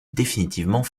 définitivement